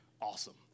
awesome